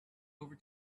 over